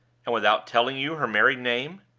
and without telling you her married name?